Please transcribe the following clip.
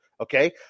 Okay